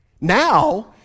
Now